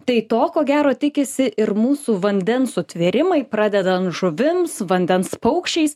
tai to ko gero tikisi ir mūsų vandens sutvėrimai pradedant žuvims vandens paukščiais